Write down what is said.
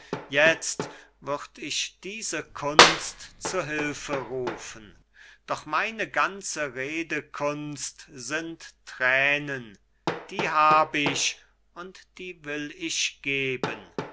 jetzt würd ich diese kunst zu hilfe rufen doch meine ganze redekunst sind thränen die hab ich und die will ich geben